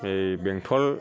ओइ बेंटल